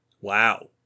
Wow